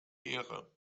ehre